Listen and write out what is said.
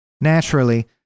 Naturally